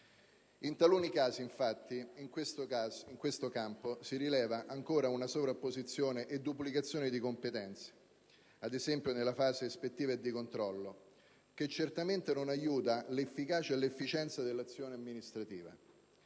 In taluni casi, infatti, in questo campo si rileva ancora una sovrapposizione e una duplicazione di competenze (ad esempio nella fase ispettiva e di controllo) che certamente non aiuta l'efficacia e l'efficienza dell'azione amministrativa.